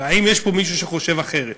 האם יש פה מישהו שחושב אחרת?